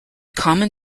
common